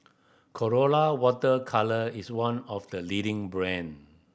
Colora Water Colour is one of the leading brand